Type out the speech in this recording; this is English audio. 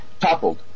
toppled